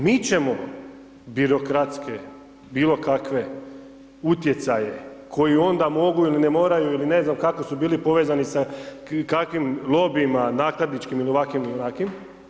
Mi ćemo birokratske bilo kakve utjecaje koji onda mogu ili ne moraju ili ne znam kako su bili povezani sa kakvim lobijima, nakladničkim, ovakvim ili onakvim.